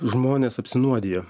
žmonės apsinuodija